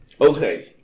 Okay